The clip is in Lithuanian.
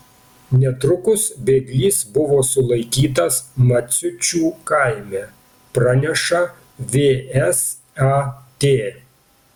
netrukus bėglys buvo sulaikytas maciučių kaime praneša vsat